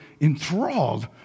enthralled